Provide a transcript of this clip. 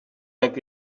avec